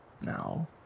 now